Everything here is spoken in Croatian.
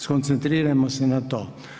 Skoncentrirajmo se na to.